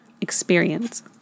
experience